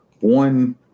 one